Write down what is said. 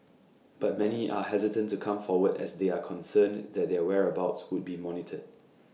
but many are hesitant to come forward as they are concerned that their whereabouts would be monitored